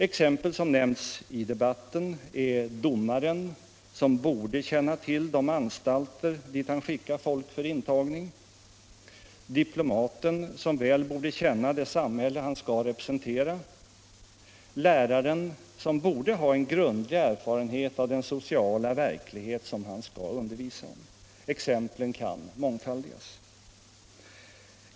Exempel som nämnts i debatten är domaren, som borde känna till de anstalter dit han skickar folk för intagning, diplomaten, som väl borde känna det samhälle han skall representera, läraren, som borde ha grundlig erfarenhet av den sociala verklighet han skall undervisa om. Exemplen kan mångfaldigas.